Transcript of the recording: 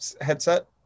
headset